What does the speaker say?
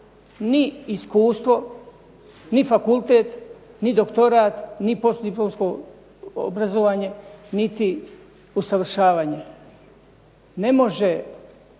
ni iskustvo, ni fakultet, ni doktorat, ni postdiplomsko obrazovanje niti usavršavanje. Ne može